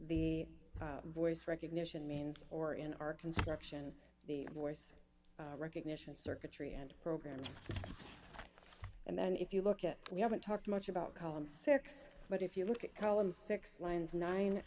the voice recognition means or in our construction the voice recognition circuitry and programs and then if you look at we haven't talked much about column six but if you look at columns six lines nine